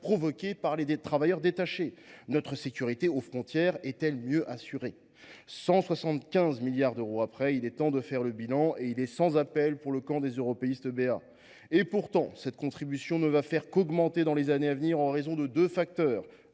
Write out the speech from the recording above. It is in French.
provoqué par les travailleurs détachés ? Notre sécurité aux frontières est elle mieux assurée ? Après 175 milliards d’euros, il est temps de faire le bilan et celui ci est sans appel pour le camp des européistes béats… Pourtant, cette contribution ne va qu’augmenter dans les années à venir en raison de deux facteurs.